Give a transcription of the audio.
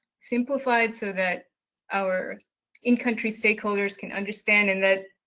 simplified so that our in-country stakeholders can understand and that